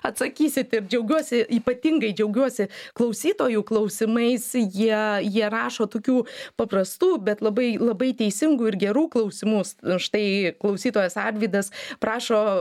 atsakysit ir džiaugiuosi ypatingai džiaugiuosi klausytojų klausimais jie jie rašo tokių paprastų bet labai labai teisingų ir gerų klausimus štai klausytojas arvydas prašo